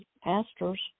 pastors